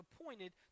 appointed